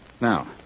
Now